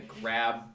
grab